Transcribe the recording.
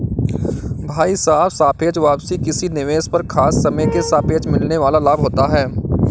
भाई साहब सापेक्ष वापसी किसी निवेश पर खास समय के सापेक्ष मिलने वाल लाभ होता है